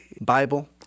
Bible